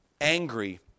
angry